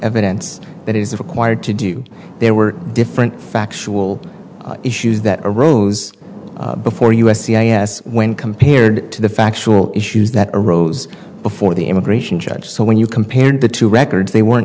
evidence that is required to do there were different factual issues that arose before us c i s when compared to the factual issues that arose before the immigration judge so when you compared the two records they weren't